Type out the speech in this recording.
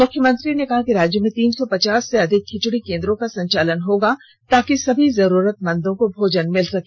मुख्यमंत्री ने कहा कि राज्य में तीन सौ पचास से अधिक खिचड़ी केंद्रों का संचालन होगा ताकि सभी जरूरतमंदों को भोजन मिल सके